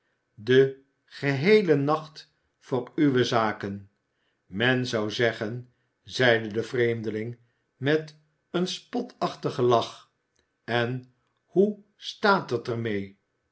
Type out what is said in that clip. den geheelen nacht voor uwe zaken men zou zeggen zeide de vreemdeling met een spotachtigen lach en hoe staat het er